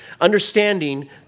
Understanding